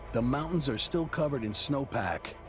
the mountains are still covered in snowpack.